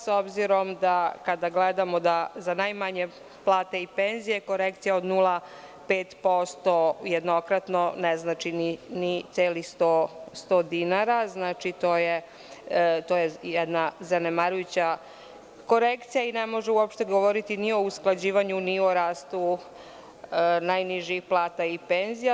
S obzirom kada gledamo da za najmanje plate i penzije korekcija od 0,5% jednokratno ne znači celih 100 dinara, znači to je jedna zanemarujuća korekcija i ne može uopšte govoriti ni o usklađivanju, ni o rastu najnižih plata i penzija.